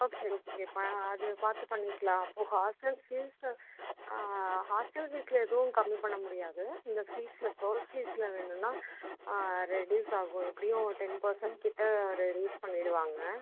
okay okay அது பாத்து பண்ணிக்கலாம் இப்போ ஹாஸ்டல் ஃபீஸ்ஸு ஹாஸ்டல் ஃபீஸ்ஸில் எதுவும் கம்மி பண்ண முடியாது இந்த ஃபீஸ்ஸில் கோர்ஸ் ஃபீஸ்ஸில் வேணும்னா ரெட்யூஸ் ஆகும் எப்படியும் ஒரு டென் பெர்சென்ட் கிட்ட ரெட்யூஸ் பண்ணிவிடுவாங்க